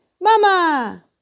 Mama